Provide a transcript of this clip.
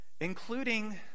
including